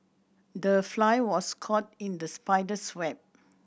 the fly was caught in the spider's web